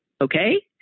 Okay